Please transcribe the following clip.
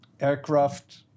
aircraft